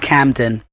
Camden